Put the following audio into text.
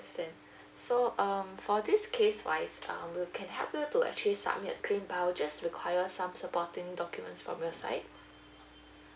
understand so um for this case wise um we can help you to actually submit a claim by just require some supporting document from your side